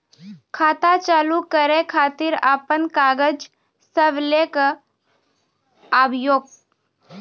खाता चालू करै खातिर आपन कागज सब लै कऽ आबयोक?